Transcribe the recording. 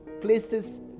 places